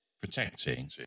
Protecting